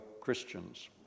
Christians